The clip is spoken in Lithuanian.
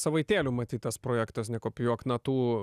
savaitėlių matyt tas projektas nekopijuok natų